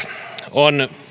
on